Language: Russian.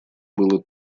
было